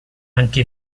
anche